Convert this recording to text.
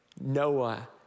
Noah